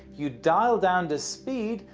you dial down the speed,